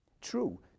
True